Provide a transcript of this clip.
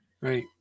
Right